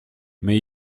mais